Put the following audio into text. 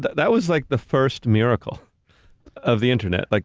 that was like the first miracle of the internet. like